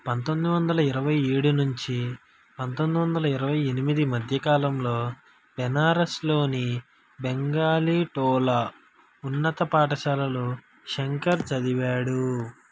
పంతొమ్మిదొందల ఇరవై ఏడు నుంచి పంతొమ్మిదొందల ఇరవై ఎనిమిది మధ్యకాలంలో బెనారస్లోని బెంగాలీటోలా ఉన్నత పాఠశాలలో శంకర్ చదివాడు